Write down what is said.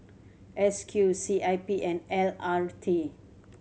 S Q C I P and L R T